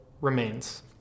remains